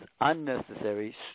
unnecessary